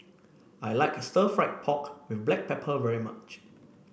I like stir fry pork with Black Pepper very much